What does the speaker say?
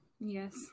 Yes